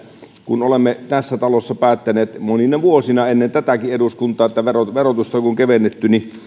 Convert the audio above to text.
kun olemme tässä talossa päättäneet monina vuosina ennen tätäkin eduskuntaa että verotusta on kevennetty niin